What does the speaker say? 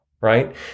right